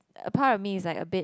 a part of me is like a bit